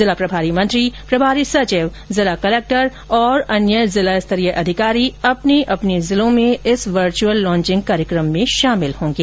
जिला प्रभारी मंत्री प्रभारी सचिव जिला कलेक्टर और अन्य जिला स्तरीय अधिकारी अपने अपने जिलों में इस वर्चुअल लॉचिंग कार्यक्रम में शामिल होंगे